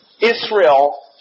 Israel